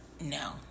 No